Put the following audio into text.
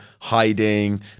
hiding